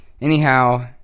Anyhow